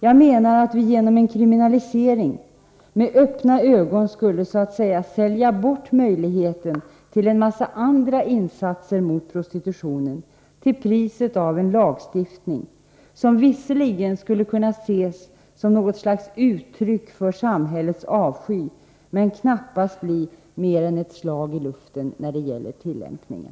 Jag menar att vi genom en kriminalisering med öppna ögon skulle så att säga sälja bort möjligheten till en mängd andra insatser mot prostitutionen, till priset av en lagstiftning som visserligen skulle kunna ses som något slags uttryck för samhällets avsky, men knappast bli mer än ett slag i luften när det gäller tillämpningen.